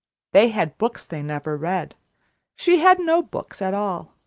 they had books they never read she had no books at all.